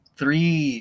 three